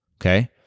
okay